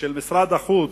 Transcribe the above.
של משרד החוץ,